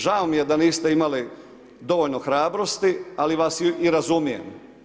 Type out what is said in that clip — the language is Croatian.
Žao mi je da niste imali dovoljno hrabrosti, ali vas i razumijem.